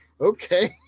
okay